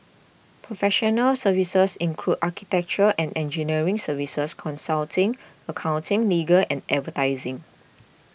professional services include architecture and engineering services consulting accounting legal and advertising